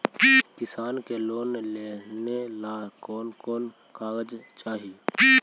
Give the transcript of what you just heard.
किसान के लोन लेने ला कोन कोन कागजात चाही?